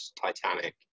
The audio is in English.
Titanic